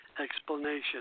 explanation